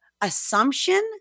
assumption